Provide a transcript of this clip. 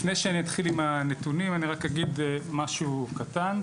לפני שאני אתחיל עם הנתונים אני רק אגיד משהו קטן.